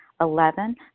Eleven